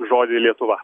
žodį lietuva